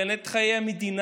לנהל את חיי המדינה,